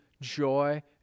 joy